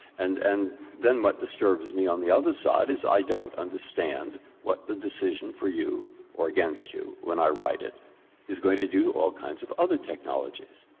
and and then what disturbs me on the other side is i don't understand what the decision for you or against you when i write it is going to do to all kinds of other technologies.